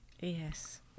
Yes